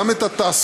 גם את התעסוקה,